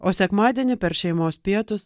o sekmadienį per šeimos pietus